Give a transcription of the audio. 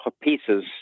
pieces